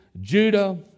Judah